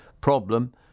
problem